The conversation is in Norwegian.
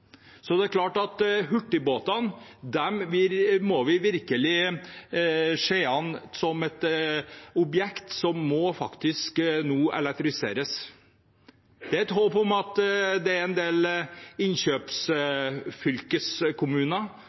Så det er klart at hurtigbåtene må vi virkelig se på som et objekt som faktisk må elektrifiseres. Det er et håp om at en del